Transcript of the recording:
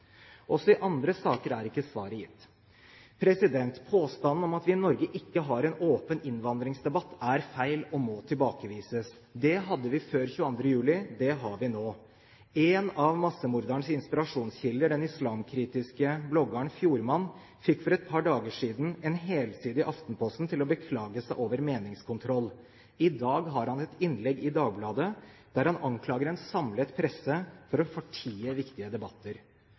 i andre saker er svaret gitt. Påstanden om at vi i Norge ikke har en åpen innvandringsdebatt, er feil og må tilbakevises. Det hadde vi før 22. juli, det har vi nå. En av massemorderens inspirasjonskilder, den islamkritiske bloggeren Fjordman, fikk for et par dager siden en helside i Aftenposten til å beklage seg over meningskontroll. I dag har han et innlegg i Dagbladet der han anklager en samlet presse for å fortie viktige debatter.